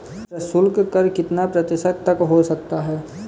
प्रशुल्क कर कितना प्रतिशत तक हो सकता है?